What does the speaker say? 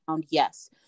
Yes